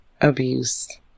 abuse